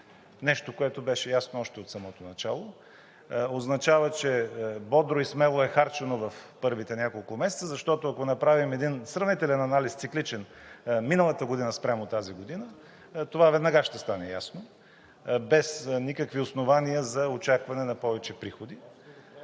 нещо, което беше ясно още от самото начало; означава, че бодро и смело е харчено в първите няколко месеца, защото, ако направим един сравнителен анализ, цикличен – миналата година спрямо тази, това веднага ще стане ясно, без никакви основания за очакване на повече приходи.